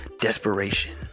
desperation